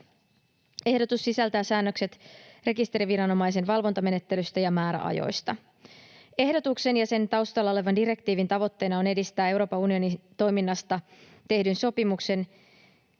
Ehdotus sisältää säännökset rekisteriviranomaisen valvontamenettelystä ja määräajoista. Ehdotuksen ja sen taustalla olevan direktiivin tavoitteena on edistää Euroopan unionin toiminnasta tehdyn sopimuksen